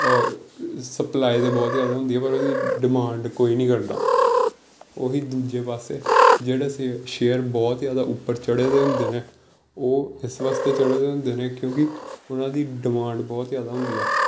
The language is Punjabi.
ਔਰ ਈ ਸਪਲਾਈ ਤਾਂ ਬਹੁਤ ਜ਼ਿਆਦਾ ਹੁੰਦੀ ਹੈ ਪਰ ਉਹਦੀ ਡਿਮਾਂਡ ਕੋਈ ਨਹੀਂ ਕਰਦਾ ਓਹੀ ਦੂਜੇ ਪਾਸੇ ਜਿਹੜੇ ਸੇ ਸ਼ੇਅਰ ਬਹੁਤ ਜ਼ਿਆਦਾ ਉੱਪਰ ਚੜ੍ਹਦੇ ਹੁੰਦੇ ਨੇ ਉਹ ਇਸ ਵਾਸਤੇ ਚੜ੍ਹਦੇ ਹੁੰਦੇ ਨੇ ਕਿਉਂਕਿ ਉਹਨਾਂ ਦੀ ਡਮਾਂਡ ਬਹੁਤ ਜ਼ਿਆਦਾ ਹੁੰਦੀ ਹੈ